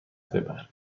ببر